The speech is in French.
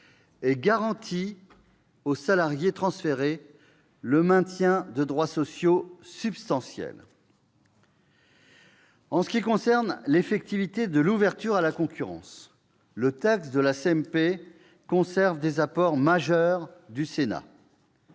et garantit aux salariés transférés le maintien de droits sociaux substantiels. En ce qui concerne l'effectivité de l'ouverture à la concurrence, le texte de la CMP conserve des apports majeurs du Sénat